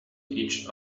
each